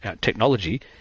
technology